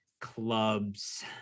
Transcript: club's